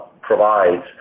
provides